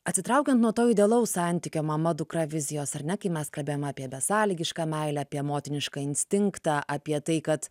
atsitraukiant nuo to idealaus santykio mama dukra vizijos ar ne kai mes kalbėjo apie besąlygišką meilę apie motinišką instinktą apie tai kad